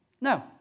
No